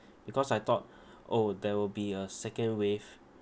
because I thought oh there will be a second wave